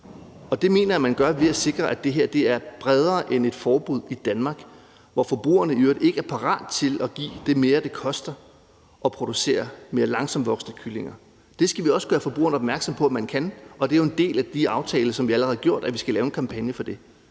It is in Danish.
det mener jeg man gør ved at sikre, at det her er bredere end et forbud i Danmark, hvor forbrugerne i øvrigt ikke er parat til at give det mere, det koster at producere mere langsomt voksende kyllinger. Det skal vi også gøre forbrugerne opmærksom på at man kan, og det er jo en del af de aftaler, som vi allerede har indgået, at vi skal lave en kampagne for det.